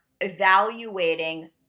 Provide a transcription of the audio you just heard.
evaluating